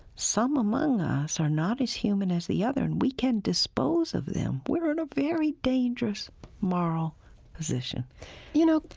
some among us are not as human as the other and we can dispose of them we're in a very dangerous moral position you know,